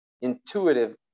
intuitive